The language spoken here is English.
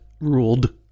ruled